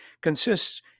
consists